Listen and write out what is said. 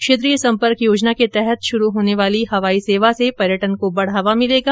क्षेत्रीय सम्पर्क योजना के तहत शुरू होने वाली हवाई सेवा से पर्यटन को बढ़ावा मिलेगा